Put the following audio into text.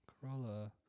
Corolla